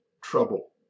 trouble